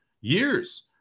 years